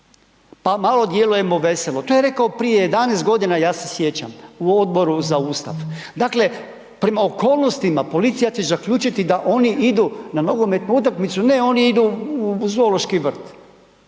pa malo djelujemo veselo, to je rekao prije 11 godina, ja se sjećam. U Odboru za Ustav. Dakle, prema okolnosti, policija će zaključiti da oni idu na nogometnu utakmicu, ne oni idu u zoološki vrt.